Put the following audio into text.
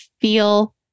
feel